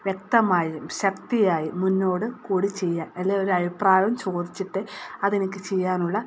വ്യക്തമായും ശക്തിയായും മുന്നോട്ട് കൂടി ചെയ്യാൻ അല്ലെങ്കിൽ ഒരു അഭിപ്രായവും ചോദിച്ചിട്ട് അതെനിക്ക് ചെയ്യാനുള്ള